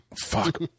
Fuck